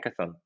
hackathon